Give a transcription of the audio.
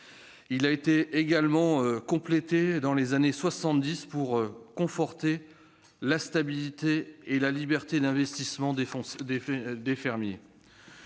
a encore été complété dans les années 1970, pour conforter la stabilité et la liberté d'investissement des fermiers.